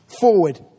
forward